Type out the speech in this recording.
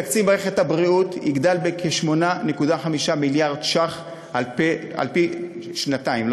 תקציב מערכת הבריאות יגדל בכ-8.5 מיליארד ש"ח על פני שנתיים.